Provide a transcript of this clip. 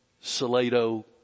Salado